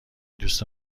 دوست